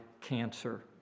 cancer